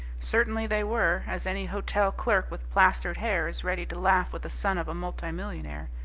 certainly they were, as any hotel clerk with plastered hair is ready to laugh with the son of a multimillionaire.